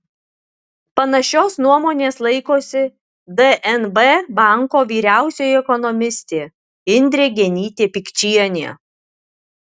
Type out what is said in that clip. panašios nuomonės laikosi dnb banko vyriausioji ekonomistė indrė genytė pikčienė